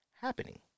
happening